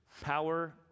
power